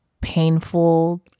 painful